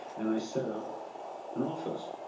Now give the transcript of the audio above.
and i set up an office.